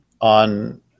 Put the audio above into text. on –